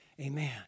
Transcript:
Amen